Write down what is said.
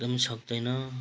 एकदमै सक्दैन